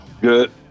Good